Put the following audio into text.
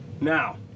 Now